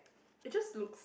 it just looks